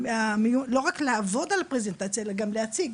לא רק לעבוד על פרזנטציה גם להציג.